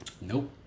Nope